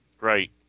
Right